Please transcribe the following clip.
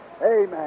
Amen